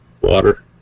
water